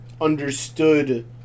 understood